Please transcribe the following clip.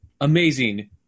Amazing